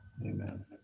Amen